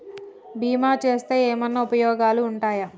బీమా చేస్తే ఏమన్నా ఉపయోగాలు ఉంటయా?